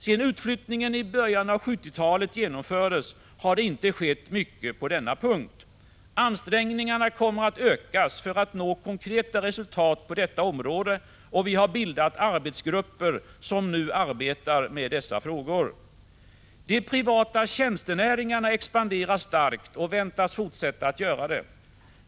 Sedan utflyttningen i början av 1970-talet har det inte skett mycket på denna punkt. Ansträngningarna kommer att ökas för att nå konkreta resultat, och vi har bildat arbetsgrupper som nu arbetar med dessa frågor. De privata tjänstenäringarna expanderar starkt och väntas fortsätta att göra det.